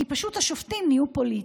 כי פשוט השופטים נהיו פוליטיים.